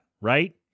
Right